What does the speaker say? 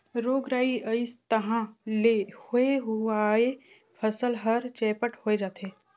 रोग राई अइस तहां ले होए हुवाए फसल हर चैपट होए जाथे